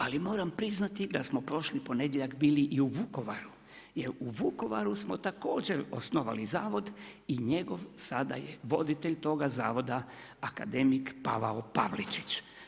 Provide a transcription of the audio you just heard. Ali, moram priznati, da smo prošli ponedjeljak bili i u Vukovaru, jer u Vukovaru smo također osnovali zavod i njegov sada je voditelj toga zavoda akademik Pavao Pavličić.